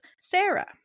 Sarah